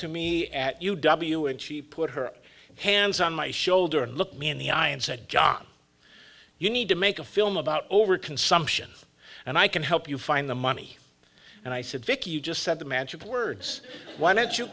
to me at u w and she put her hands on my shoulder and looked me in the eye and said john you need to make a film about overconsumption and i can help you find the money and i said vicky just said the magic words why don't you